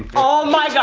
oh my god!